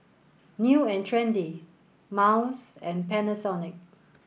New and Trendy Miles and Panasonic